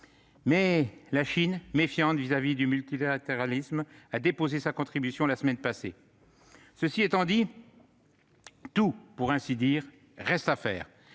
Même la Chine, méfiante à l'égard du multilatéralisme, a déposé sa contribution la semaine passée. Cela étant dit, tout, pour ainsi dire, reste à faire,